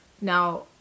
now